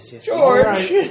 George